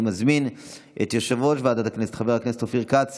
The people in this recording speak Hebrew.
אני מזמין את יו"ר ועדת הכנסת חבר הכנסת אופיר כץ